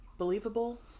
believable